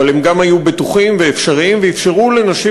אבל הם גם היו בטוחים ואפשריים ואפשרו לנשים